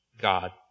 God